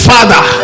Father